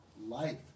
life